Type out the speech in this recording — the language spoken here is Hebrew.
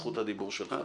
זכות הדיבור שלך.